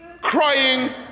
crying